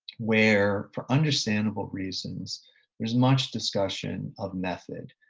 where for understandable reasons there's much discussion of method.